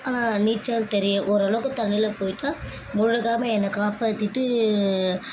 ஆனால் நீச்சல் தெரியும் ஓரளவுக்கு தண்ணியில போயிவிட்டா முழுகாமல் என்ன காப்பாற்றிட்டு